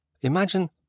Imagine